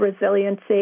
resiliency